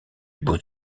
beaux